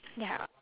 ya